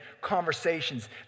conversations